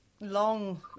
long